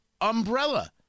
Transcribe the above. umbrella